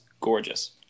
gorgeous